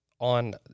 on